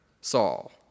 Saul